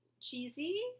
cheesy